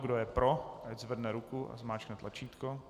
Kdo je pro, zvedne ruku a zmáčkne tlačítko.